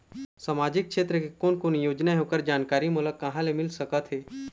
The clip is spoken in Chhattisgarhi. सामाजिक क्षेत्र के कोन कोन योजना हे ओकर जानकारी मोला कहा ले मिल सका थे?